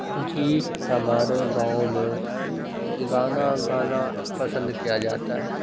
جی ہمارے گاؤں میں گانا گانا پسند کیا جاتا ہے